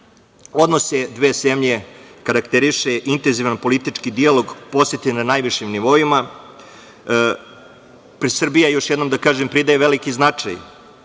Odnos dve zemlje karakteriše intenzivan politički dijalog posete na najvišim nivoima. Srbija, još jednom da kažem, pridaje veliki značaj